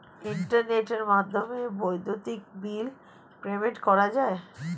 ইন্টারনেটের মাধ্যমে বৈদ্যুতিক বিল পেমেন্ট করা যায়